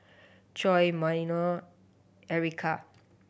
Coy Myah Ericka